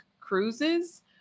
cruises